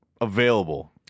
available